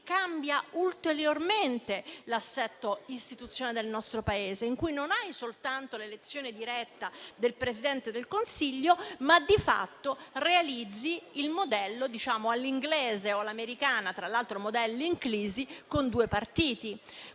cambia ulteriormente l'assetto istituzionale del nostro Paese. Non si ha soltanto l'elezione diretta del Presidente del Consiglio, ma di fatto si realizza il modello all'inglese o all'americana (tra l'altro modelli in crisi) con due partiti.